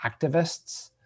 activists